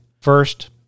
First